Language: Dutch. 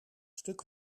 stuk